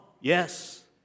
yes